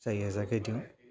চাৰি হাজাৰকৈয়ে দিওঁ